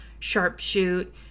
sharpshoot